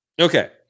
Okay